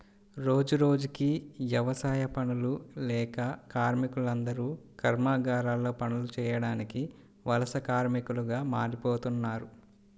రోజురోజుకీ యవసాయ పనులు లేక కార్మికులందరూ కర్మాగారాల్లో పనులు చేయడానికి వలస కార్మికులుగా మారిపోతన్నారు